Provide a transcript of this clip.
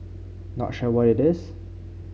not sure what it is